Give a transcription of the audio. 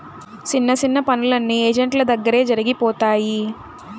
సిన్న సిన్న పనులన్నీ ఏజెంట్ల దగ్గరే జరిగిపోతాయి